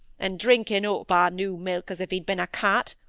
and drinking up our new milk as if he'd been a cat.